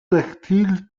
tactile